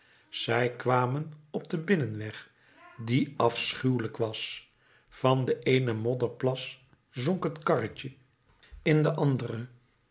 zij kwamen op den binnenweg die afschuwelijk was van den eenen modderplas zonk het karretje in den anderen